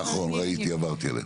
נכון, ראיתי עברתי עליהם.